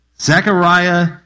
Zechariah